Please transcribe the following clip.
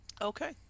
Okay